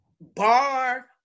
bar